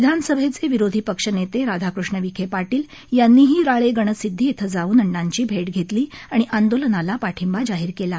विधानसभेचे विरोधीपक्षनेते राधाकृष्ण विखे पाटील यांनीही राळेगणसिद्वी इथं जाऊन अण्णांची भेट धेतली आणि आंदोलनाला पाठिंबा जाहीर केला आहे